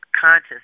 conscious